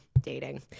dating